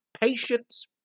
Patience